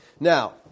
Now